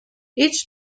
each